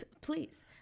please